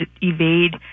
evade